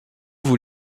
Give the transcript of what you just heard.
vous